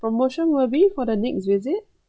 promotion will be for the next visit